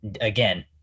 again